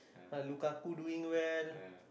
ah Lukaku doing well